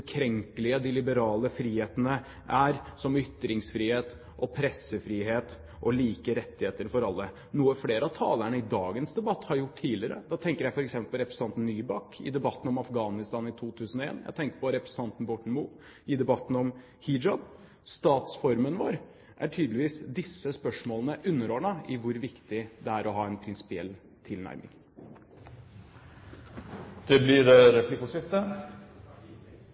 de liberale frihetene er, som ytringsfrihet, pressefrihet og like rettigheter for alle – noe flere av talerne i dagens debatt har gjort tidligere. Da tenker jeg f.eks. på representanten Nybakk i debatten om Afghanistan i 2001. Jeg tenker på representanten Borten Moe i debatten om hijab. Når det gjelder statsformen vår, er disse spørsmålene tydeligvis underordnet med hensyn til hvor viktig det er å ha en prinsipiell